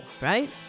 right